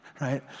right